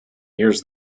years